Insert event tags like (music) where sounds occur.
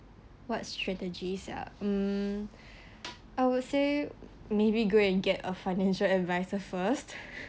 what strategies ah mm I would say maybe go and get a financial advisor first (breath)